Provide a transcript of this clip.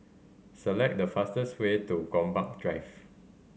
select the fastest way to Gombak Drive